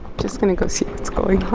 just going to go see what's going